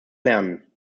lernen